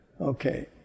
Okay